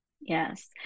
yes